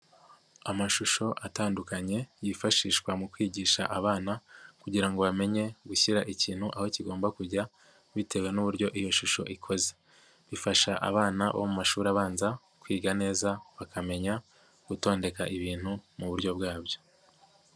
Amashusho atandukanye yifashishwa mu kwigisha abana kugira ngo bamenye gushyira ikintu aho kigomba kujya bitewe n'uburyo iyo shusho ikoze, bifasha abana bo mu mashuri abanza kwiga neza bakamenya gutondeka ibintu mu buryo bwabyo.